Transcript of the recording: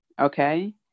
Okay